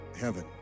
heaven